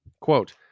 Quote